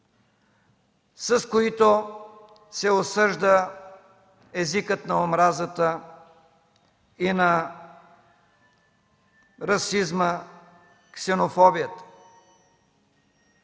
с които се осъжда езикът на омразата и на расизма, ксенофобията.